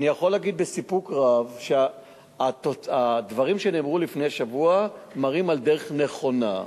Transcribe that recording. אני יכול להגיד בסיפוק רב שהדברים שנאמרו לפני שבוע מראים על דרך נכונה.